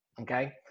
okay